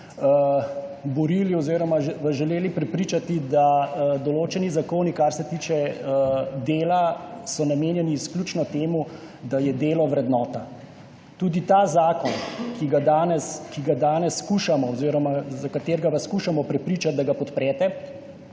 borili oziroma vas želeli prepričati, da določeni zakoni, kar se tiče dela, so namenjeni izključno temu, da je delo vrednota. Tudi ta zakon, za katerega vas skušamo prepričati, da ga podprete,